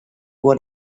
what